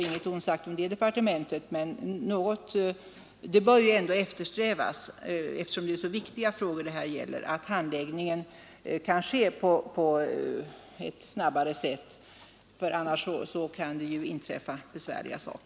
Inget ont sagt om detta departement, men man bör, eftersom det är så viktiga frågor det gäller, eftersträva att handläggningen kan ske på ett snabbare sätt. Annars kan det inträffa Nr 67